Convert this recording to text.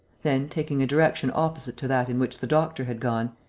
then, taking a direction opposite to that in which the doctor had gone,